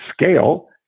scale